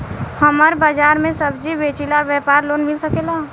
हमर बाजार मे सब्जी बेचिला और व्यापार लोन मिल सकेला?